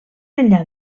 enllà